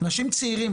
אנשים צעירים,